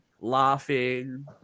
laughing